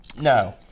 No